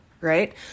right